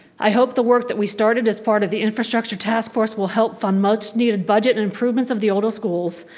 i hope the work that we started as part of the infrastructure task force will help fund a much needed budget and improvements of the older schools.